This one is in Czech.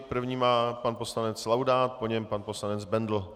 První má pan poslanec Laudát, po něm pan poslanec Bendl.